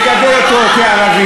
לגדל אותו כערבי,